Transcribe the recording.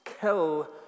kill